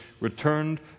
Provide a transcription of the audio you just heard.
returned